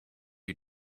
you